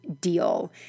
deal